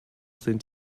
sind